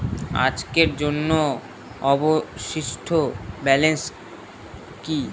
আজকের জন্য অবশিষ্ট ব্যালেন্স কি?